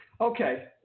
Okay